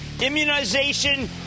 immunization